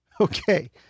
Okay